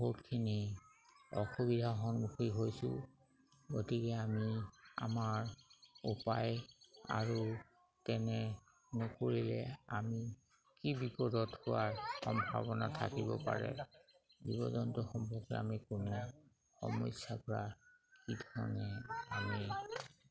বহুতখিনি অসুবিধাৰ সন্মুখীন হৈছোঁ গতিকে আমি আমাৰ উপায় আৰু তেনে নকৰিলে আমি কি বিপদত হোৱাৰ সম্ভাৱনা থাকিব পাৰে জীৱ জন্তু সম্পৰ্কে আমি কোনো সমস্যাৰপৰা কিধৰণে আমি